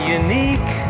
unique